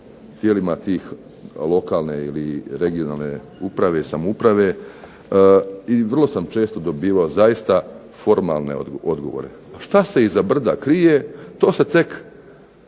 tijelima tih lokalne i područne (regionalne) samouprave i vrlo često sam zaista dobivao vrlo formalne odgovore. Što se iz brda krije to se tek